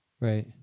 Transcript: Right